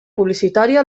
publicitària